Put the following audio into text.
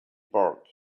park